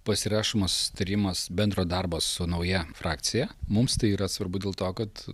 pasirašomas susitarimas bendro darbo su nauja frakcija mums tai yra svarbu dėl to kad